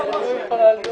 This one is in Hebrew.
בהצלחה.